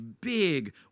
big